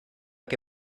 que